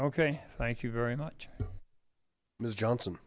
okay thank you very much miss johnson